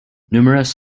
numerous